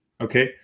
okay